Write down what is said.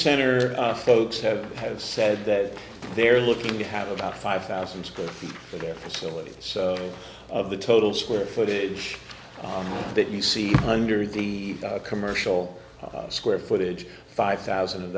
center folks have have said that they're looking to have about five thousand square feet of their facilities of the total square footage that you see under the commercial square footage five thousand of